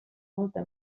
molta